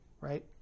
right